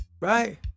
Right